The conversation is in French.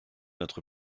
notre